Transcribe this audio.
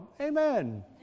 Amen